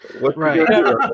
Right